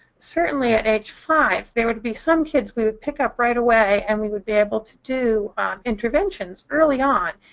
certainly at age five there would be some kids that we would pick up right away and we would be able to do interventions early on.